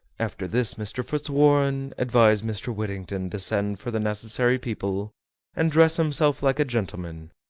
after this mr. fitzwarren advised mr. whittington to send for the necessary people and dress himself like a gentleman,